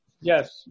Yes